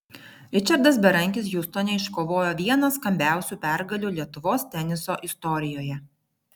ričardas berankis hjustone iškovojo vieną skambiausių pergalių lietuvos teniso istorijoje